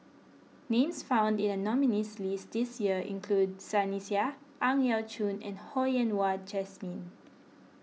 names found in the nominees' list this year include Sunny Sia Ang Yau Choon and Ho Yen Wah Jesmine